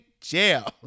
jail